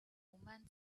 woman